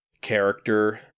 character